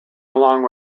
along